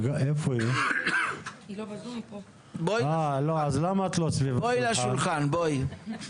ואני מבקש שנציגת משרד המשפטים תדבר.